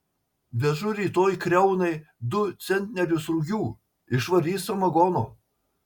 vežu rytoj kriaunai du centnerius rugių išvarys samagono